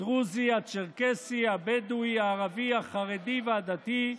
הדרוזי, הצ'רקסי, הבדואי הערבי, החרדי והדתי,